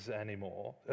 anymore